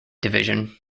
division